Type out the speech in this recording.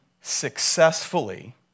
successfully